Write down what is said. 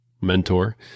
mentor